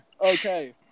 Okay